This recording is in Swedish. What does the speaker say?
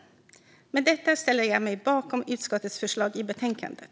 Med detta sagt ställer jag mig bakom utskottets förslag i betänkandet.